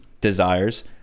desires